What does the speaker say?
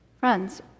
Friends